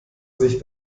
sich